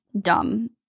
dumb